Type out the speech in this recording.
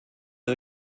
der